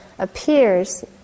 appears